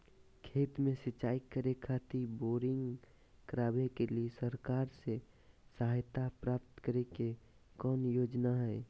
खेत में सिंचाई करे खातिर बोरिंग करावे के लिए सरकार से सहायता प्राप्त करें के कौन योजना हय?